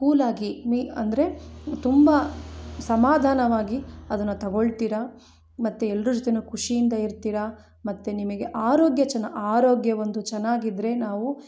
ಕೂಲಾಗಿ mean ಅಂದರೆ ತುಂಬ ಸಮಾಧಾನವಾಗಿ ಅದನ್ನು ತಗೋಳ್ತೀರ ಮತ್ತು ಎಲ್ಲರ ಜೊತೇ ಖುಷಿಯಿಂದ ಇರ್ತೀರ ಮತ್ತು ನಿಮಗೆ ಆರೋಗ್ಯ ಚೆನ್ನಾ ಆರೋಗ್ಯ ಒಂದು ಚೆನ್ನಾಗಿದ್ರೆ ನಾವು